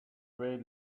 away